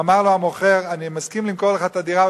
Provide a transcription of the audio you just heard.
ואמר לו המוכר: אני מסכים למכור לך את הדירה,